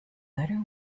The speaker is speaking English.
better